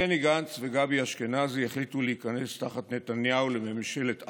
בני גנץ וגבי אשכנזי החליטו להיכנס תחת נתניהו לממשלת "אחדות",